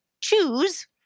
choose